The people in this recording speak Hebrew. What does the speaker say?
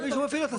ומישהו מפעיל אותו.